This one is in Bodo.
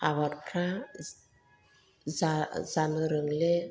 आबादफ्रा जानो रोंले